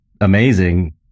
amazing